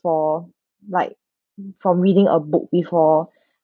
for like from reading a book before